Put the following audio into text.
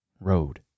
road